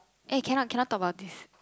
eh cannot cannot talk about this